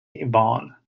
yvonne